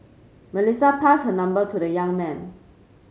Melissa passed her number to the young man